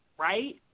right